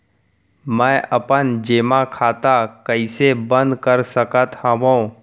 मै अपन जेमा खाता कइसे बन्द कर सकत हओं?